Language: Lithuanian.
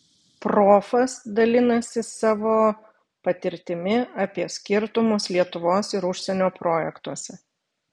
profas dalinasi savo patirtimi apie skirtumus lietuvos ir užsienio projektuose